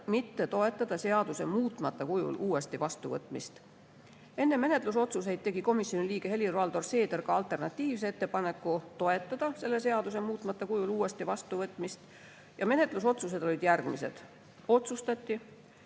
mitte toetada seaduse muutmata kujul uuesti vastuvõtmist. Enne menetlusotsuseid tegi komisjoni liige Helir-Valdor Seeder ka alternatiivse ettepaneku: toetada selle seaduse muutmata kujul uuesti vastuvõtmist. Ja menetlusotsused olid järgmised. Otsustati